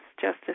Justice